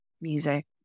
music